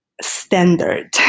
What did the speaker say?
standard